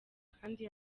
kandi